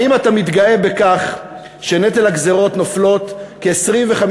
האם אתה מתגאה בכך שנטל הגזירות נופל כ-25.1%